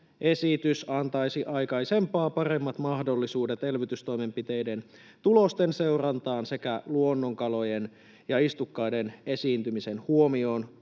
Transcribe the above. esitys antaisi aikaisempaa paremmat mahdollisuudet elvytystoimenpiteiden tulosten seurantaan sekä luonnonkalojen ja istukkaiden esiintymisen huomioon